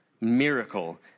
miracle